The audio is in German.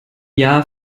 jahr